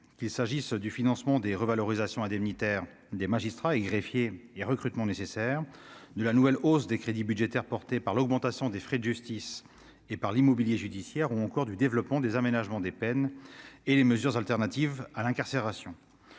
de ce budget : financement des revalorisations indemnitaires des magistrats et des greffiers ; mise en oeuvre des recrutements nécessaires ; nouvelle hausse des crédits budgétaires portée par l'augmentation des frais de justice et par l'immobilier judiciaire ; développement des aménagements de peines et des mesures alternatives à l'incarcération.